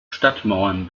stadtmauern